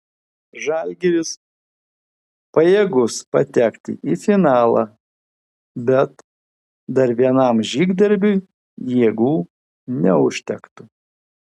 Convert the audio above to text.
žalgiris pajėgus patekti į finalą bet dar vienam žygdarbiui jėgų neužtektų